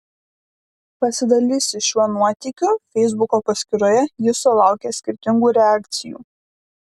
pasidalijusi šiuo nuotykiu feisbuko paskyroje ji sulaukė skirtingų reakcijų